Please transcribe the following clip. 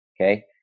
Okay